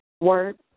Word